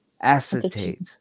acetate